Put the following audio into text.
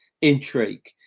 intrigue